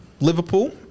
Liverpool